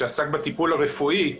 שעסק בטיפול הרפואי,